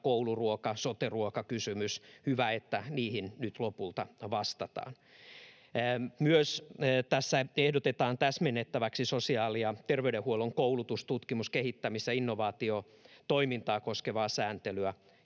kouluruoka-, sote-ruokakysymyksestä — hyvä, että niihin nyt lopulta vastataan. Tässä myös ehdotetaan täsmennettäväksi sosiaali- ja terveydenhuollon koulutus-, tutkimus-, kehittämis- ja innovaatiotoimintaa koskevaa sääntelyä